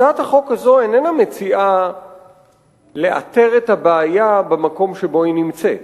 הצעת החוק הזו איננה מציעה לאתר את הבעיה במקום שבו היא נמצאת.